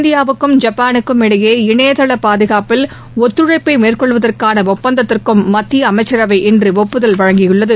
இந்தியாவுக்கும் ஜப்பானுக்கும் இடையே இணையதள பாதுகாப்பில் ஒத்துழைப்பை மேற்கொள்வதற்கான ஒப்பந்தத்திற்கும் மத்திய அமைச்சரவை இன்று ஒப்புதல் அளித்துள்ளது